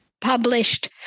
published